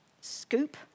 scoop